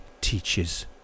teaches